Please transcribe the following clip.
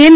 N